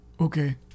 Okay